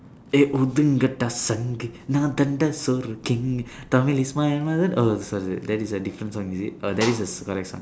eh oh sorry sorry that is a different song is it oh that is the correct song